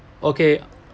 okay